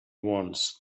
once